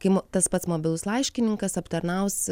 kai tas pats mobilus laiškininkas aptarnaus